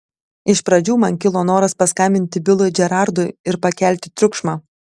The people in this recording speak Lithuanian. iš pradžių man kilo noras paskambinti bilui džerardui ir pakelti triukšmą